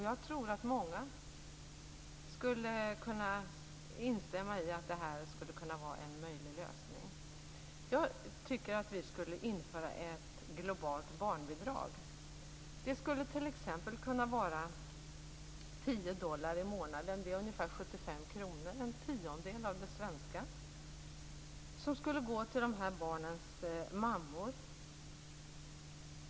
Jag tror att många skulle kunna instämma i att det här skulle kunna vara en möjlig lösning. Jag tycker att vi skulle införa ett globalt barnbidrag. Det skulle t.ex. kunna vara 10 dollar i månaden. Det är ungefär 75 Det skulle gå till de här barnens mammor.